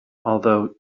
although